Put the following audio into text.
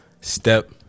step